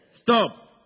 stop